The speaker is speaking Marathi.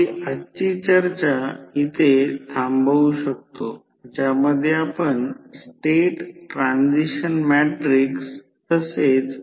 तर मुळात N1 300 आणि N2 60 मिळतील ज्यामध्ये न वापरता देखील व्होल्टेज रेशो V1 V2 दिले आहे ते V1 V2 N1 N2 आहे आणि N आणि हे प्रत्यक्षात 500 100 दिले आहे ते 5 प्रत्यक्षात होईल